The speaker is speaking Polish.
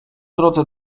drodze